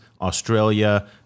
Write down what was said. Australia